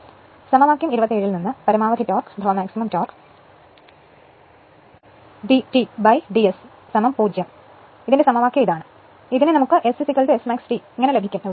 അതിനാൽ സമവാക്യം 27 ൽ നിന്ന് പരമാവധി ടോർക്ക് d Td S 0 എന്നതിനായുള്ള സമവാക്യം ഇതാണ് ഇതിന് നമുക്ക് S Smax T ലഭിക്കും